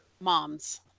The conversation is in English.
moms